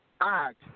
act